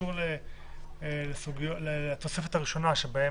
קשור לתוספת הראשונה --- שוב,